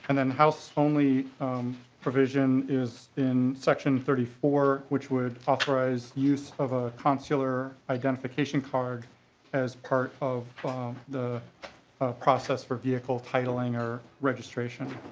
and then house only provision is in section thirty four which would authorize use of a consular identification card as part of the process for vehicle titling or registration.